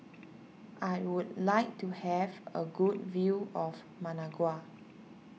I would like to have a good view of Managua